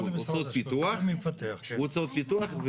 אותו פיתוח.